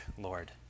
Lord